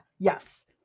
yes